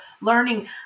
learning